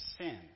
sin